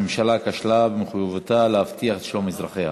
הממשלה כשלה במחויבותה להבטיח את שלום אזרחיה.